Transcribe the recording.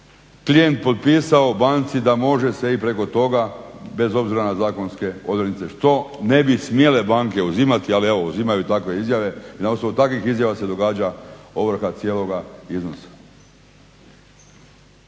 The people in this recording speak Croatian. klijent potpisao banci da može se i preko toga bez obzira na zakonske odrednice što ne bi smjele banke uzimati, ali evo uzimaju takve izjave i na osnovu takvih izjava se događa ovrha cijeloga iznosa.